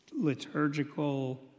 Liturgical